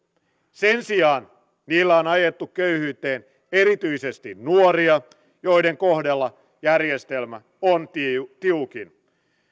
sen sijaan niillä on ajettu köyhyyteen erityisesti nuoria joiden kohdalla järjestelmä on tiukin tiukin